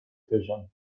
fission